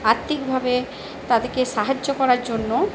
আর্থিকভাবে তাদেরকে সাহায্য করার জন্য